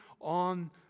on